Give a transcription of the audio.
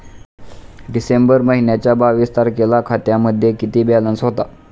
डिसेंबर महिन्याच्या बावीस तारखेला खात्यामध्ये किती बॅलन्स होता?